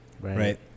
Right